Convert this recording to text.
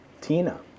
Tina